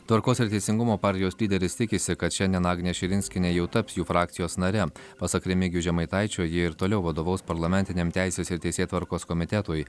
tvarkos ir teisingumo partijos lyderis tikisi kad šiandien agnė širinskienė jau taps jų frakcijos nare pasak remigijaus žemaitaičio ji ir toliau vadovaus parlamentiniam teisės ir teisėtvarkos komitetui